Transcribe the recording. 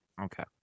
okay